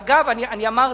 אגב, אני אמרתי,